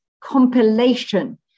compilation